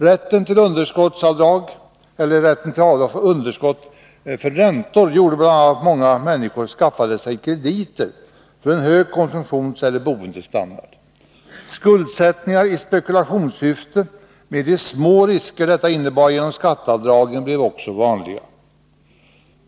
Rätten till underskottsavdrag för räntor har gjort bl.a. att många människor skaffade sig krediter för en hög konsumtionseller boendestandard. Skuldsättningar i spekulationssyfte med de små risker detta innebar genom skatteavdragen blev också vanligare.